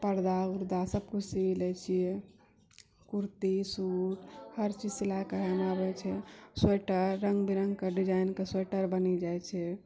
पर्दा उर्दा सभ कुछ सी लै छियै कुर्ती सूट हर चीज सिलाइ करै लए आबै छै स्वेटर रङ्ग बिरङ्गके डिजाइनके स्वेटर बनि जाइ छै